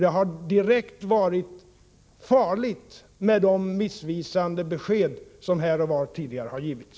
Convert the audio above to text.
Det har varit farligt med de missvisande besked som här och var tidigare har givits.